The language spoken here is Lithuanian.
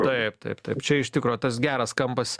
taip taip taip čia iš tikro tas geras kampas